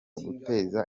guteza